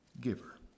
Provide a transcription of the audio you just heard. giver